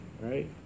right